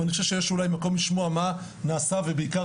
ואני חושב שיש אולי מקום לשמוע נעשה ובעיקר